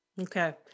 Okay